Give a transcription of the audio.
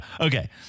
Okay